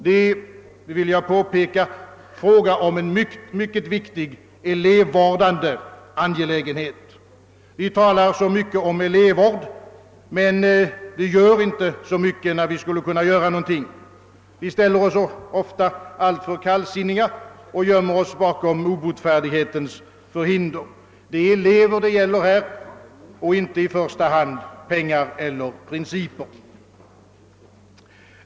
Jag vill påpeka att det är fråga om en mycket viktig elevvårdande angelägenhet. Vi talar så mycket om elevvård, men vi gör inte mycket när vi skulle kunna göra någonting. Vi ställer oss ofta alltför kallsinniga och gömmer oss bakom obotfärdighetens förhinder. Det är elever det gäller här och inte i första hand pengar eller principer.